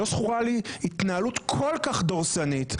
לא זכורה לי התנהלות כל כך דורסנית.